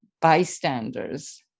bystanders